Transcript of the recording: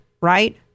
right